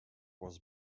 was